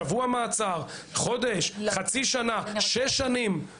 שבוע מעצר, חודש, שש שנים?